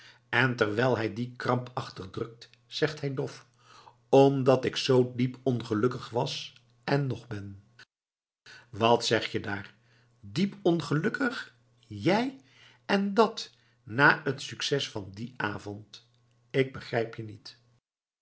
en terwijl hij die krampachtig drukt zegt hij dof omdat ik zoo diep ongelukkig was en nog ben wat zeg je daar diep ongelukkig jij en dat na t succes van dien avond ik begrijp je niet